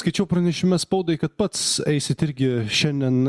skaičiau pranešime spaudai kad pats eisit irgi šiandien